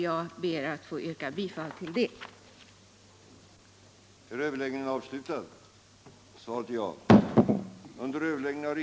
Jag ber att få yrka bifall till utskottets hemställan.